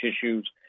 tissues